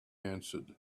answered